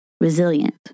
resilient